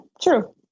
true